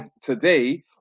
today